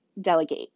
delegate